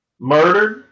murdered